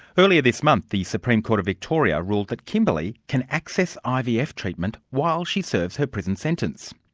earlier this month the supreme court of victoria ruled that kimberley can access ivf treatment while she serves her prison sentence.